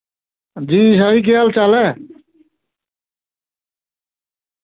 हां जी शाह जी केह् हाल चाल ऐ